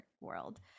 world